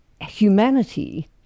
humanity